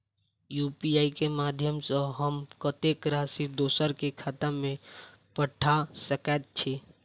UPI केँ माध्यम सँ हम कत्तेक राशि दोसर केँ खाता मे पठा सकैत छी?